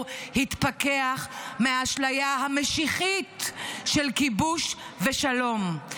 התפכח מהאשליה המשיחית של כיבוש ושלום,